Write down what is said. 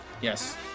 Yes